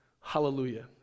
hallelujah